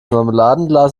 marmeladenglas